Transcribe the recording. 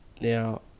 now